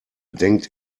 denkt